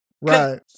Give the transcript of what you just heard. Right